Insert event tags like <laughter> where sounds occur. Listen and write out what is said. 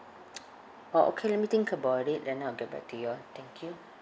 <noise> orh okay let me think about it then I'll get back to you all thank you